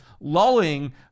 lulling